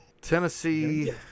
Tennessee